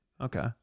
Okay